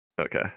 Okay